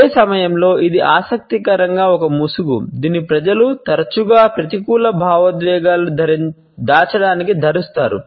అదే సమయంలో ఇది ఆసక్తికరంగా ఒక ముసుగు దీనిని ప్రజలు తరచుగా ప్రతికూల భావోద్వేగాలను దాచడానికి ధరిస్తారు